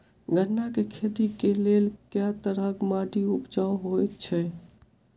गन्ना केँ खेती केँ लेल केँ तरहक माटि उपजाउ होइ छै?